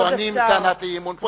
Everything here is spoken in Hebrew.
טוענים טענת אי-אמון.